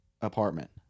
apartment